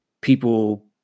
people